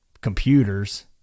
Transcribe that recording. computers